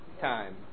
time